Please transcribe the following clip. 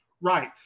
Right